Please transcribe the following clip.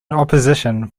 opposition